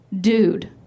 dude